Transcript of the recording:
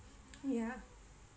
ya